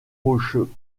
rocheux